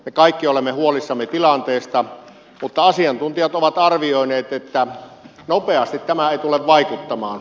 me kaikki olemme huolissamme tilanteesta mutta asiantuntijat ovat arvioineet että nopeasti tämä ei tule vaikuttamaan